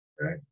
right